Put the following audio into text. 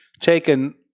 Taken